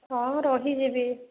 ହଁ ରହିଯିବି